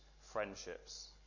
friendships